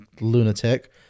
lunatic